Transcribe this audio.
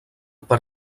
per